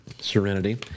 Serenity